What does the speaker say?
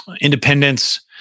Independence